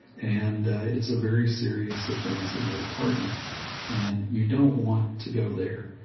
and, it's a very serious offense in our department and you don't want to go there.